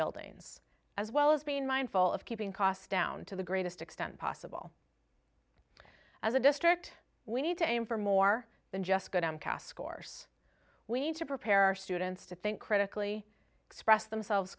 buildings as well as being mindful of keeping costs down to the greatest extent possible as a district we need to aim for more than just go down costs course we need to prepare our students to think critically express themselves